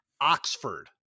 Oxford